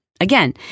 Again